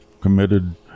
committed